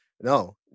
no